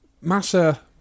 Massa